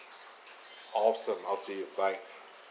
awesome I'll see you bye